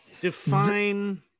define